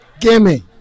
Gimme